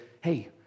hey